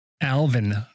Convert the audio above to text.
Alvin